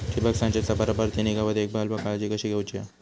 ठिबक संचाचा बराबर ती निगा व देखभाल व काळजी कशी घेऊची हा?